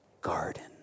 garden